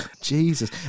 Jesus